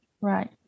right